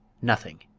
nothing.